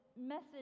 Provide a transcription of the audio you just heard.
message